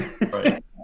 Right